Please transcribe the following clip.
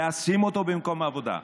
להשים אותו במקום העבודה.